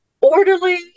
orderly